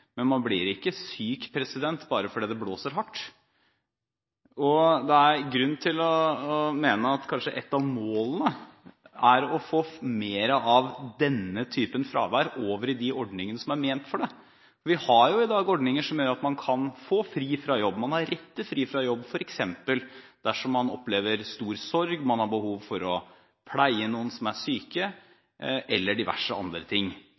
Men man blir ikke syk bare fordi det blåser hardt. Det er grunn til å mene at ett av målene må være å få mer av denne typen fravær over i de ordningene som er ment for det, for vi har i dag ordninger som gjør at man kan få fri fra jobb. Man har rett til fri fra jobb dersom man f.eks. opplever stor sorg, har behov for å pleie noen som er syke, eller diverse